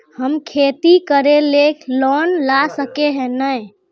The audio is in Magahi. हम खेती करे ले लोन ला सके है नय?